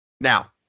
now